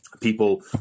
people